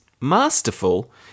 masterful